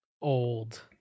old